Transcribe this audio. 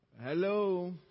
Hello